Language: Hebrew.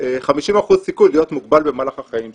50% סיכוי להיות מוגבל במהלך החיים שלו,